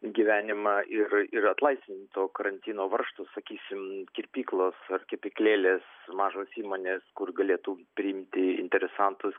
gyvenimą ir ir atlaisvint to karantino varžtus sakysim kirpyklos ar kepyklėlės mažos įmonės kur galėtų priimti interesantus